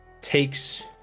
takes